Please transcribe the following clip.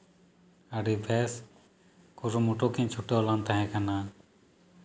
ᱟᱹᱰᱤ ᱵᱮᱥ ᱠᱩᱨᱩᱢᱩᱴᱩ ᱠᱤᱱ ᱪᱷᱩᱴᱟᱹᱣ ᱞᱮᱱ ᱛᱟᱦᱮᱸ ᱠᱟᱱᱟ